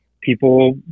people